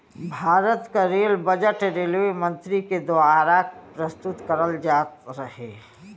भारत क rail budget railway मंत्री के दवारा प्रस्तुत करल जात रहे